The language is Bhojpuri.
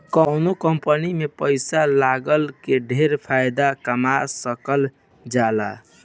कवनो कंपनी में पैसा लगा के ढेर फायदा कमा सकल जाला